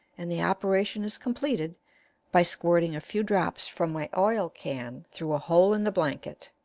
and the operation is completed by squirting a few drops from my oil-can through a hole in the blanket.